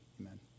Amen